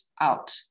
out